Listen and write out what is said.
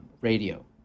radio